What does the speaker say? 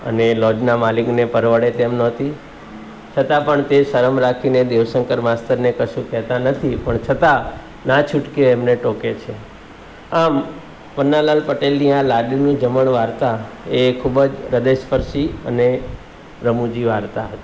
અને એ લોજનાં માલિકને પરવડે તેમ નહોતી છતાં પણ તે શરમ રાખીને દેવશંકર માસ્તરને કશું કહેતા નથી પણ છતાં ના છૂટકે એમને ટોકે છે આમ પન્નાલાલ પટેલની આ લાડુનું જમણ વાર્તા એ ખૂબ જ હ્રદયસ્પર્શી અને રમૂજી વાર્તા હતી